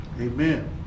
Amen